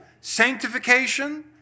Sanctification